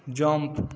jump